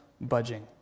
budging